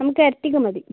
നമുക്ക് എർട്ടിഗ മതി